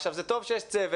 עכשיו, זה טוב שיש צוות.